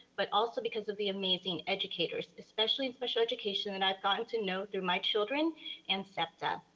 but also because of the amazing educators, especially in special education that i've gotten to know through my children and stepped up.